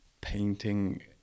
painting